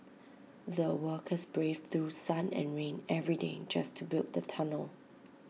the workers braved through sun and rain every day just to build the tunnel